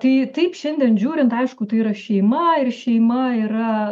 tai taip šiandien žiūrint aišku tai yra šeima ir šeima yra